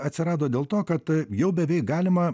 atsirado dėl to kad jau beveik galima